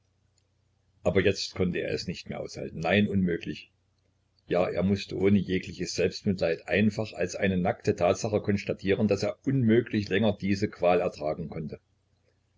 aber jetzt konnte er es nicht mehr aushalten nein unmöglich ja er mußte ohne jegliches selbstmitleid einfach als eine nackte tatsache konstatieren daß er unmöglich länger diese qual ertragen konnte